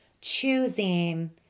choosing